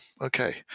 Okay